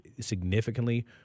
significantly